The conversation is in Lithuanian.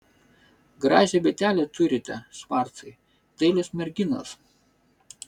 gražią vietelę turite švarcai dailios merginos